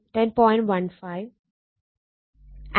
15 angle 23